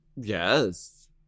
Yes